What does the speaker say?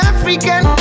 African